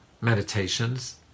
meditations